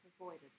avoided